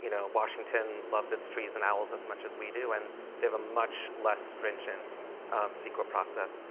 you know, washington loves its trees and owls as much as we do, and they have a much less stringent ceqa process.